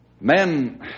Men